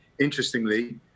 interestingly